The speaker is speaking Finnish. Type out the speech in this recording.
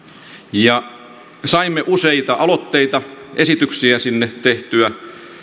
ja saimme useita aloitteita esityksiä sinne tehtyä